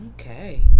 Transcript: Okay